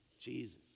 Jesus